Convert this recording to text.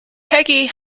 peggy